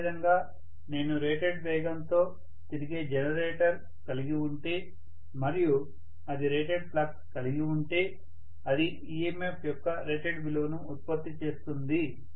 అదేవిధంగా నేను రేటెడ్ వేగంతో తిరిగే జనరేటర్ కలిగి ఉంటే మరియు అది రేటెడ్ ఫ్లక్స్ కలిగి ఉంటే అది EMF యొక్క రేటెడ్ విలువను ఉత్పత్తి చేస్తుంది